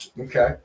Okay